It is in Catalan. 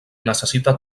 necessita